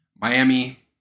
Miami